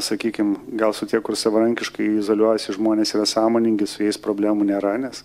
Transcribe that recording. sakykim gal su tie kur savarankiškai izoliuojasi žmonės yra sąmoningi su jais problemų nėra nes